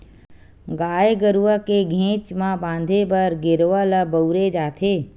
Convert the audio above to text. गाय गरुवा के घेंच म फांदे बर गेरवा ल बउरे जाथे